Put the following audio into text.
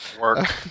Work